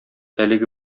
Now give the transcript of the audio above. әлеге